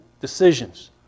decisions